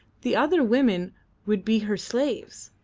the other women would be her slaves,